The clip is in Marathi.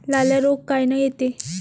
लाल्या रोग कायनं येते?